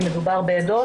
אם מדובר בעדות,